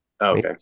Okay